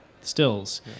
stills